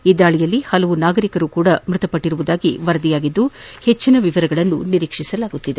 ಈ ದಾಳಿಯಲ್ಲಿ ಹಲವು ನಾಗರಿಕರು ಮೃತಪಟ್ಟಿರುವುದಾಗಿ ವರದಿಯಾಗಿದ್ದು ಹೆಚ್ಚಿನ ವಿವರಗಳನ್ನು ನಿರೀಕ್ಷಿಸಲಾಗುತ್ತಿದೆ